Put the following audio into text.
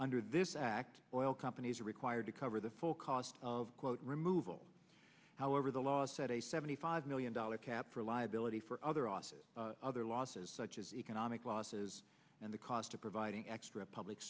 under this act oil companies are required to cover the full cost of quote removal however the laws set a seventy five million dollars cap for liability for other office other losses such as economic losses and the cost of providing extra public